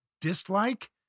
dislike